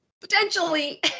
potentially